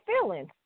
feelings